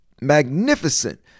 magnificent